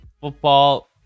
football